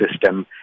system